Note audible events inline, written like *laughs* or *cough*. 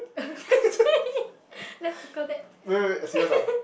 *laughs* okay actually let's circle that